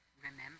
remember